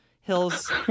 hills